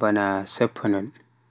bana sappinol